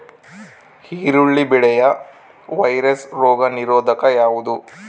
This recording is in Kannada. ಈರುಳ್ಳಿ ಬೆಳೆಯ ವೈರಸ್ ರೋಗ ನಿರೋಧಕ ಯಾವುದು?